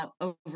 over